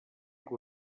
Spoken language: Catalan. que